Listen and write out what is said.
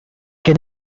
can